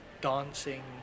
dancing